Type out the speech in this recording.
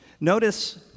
Notice